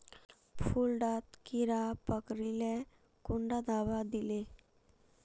फुल डात कीड़ा पकरिले कुंडा दाबा दीले?